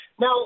Now